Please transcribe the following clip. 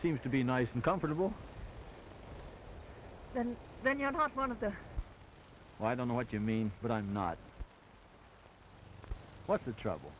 seems to be nice and comfortable then then you're not one of the well i don't know what you mean but i'm not what the trouble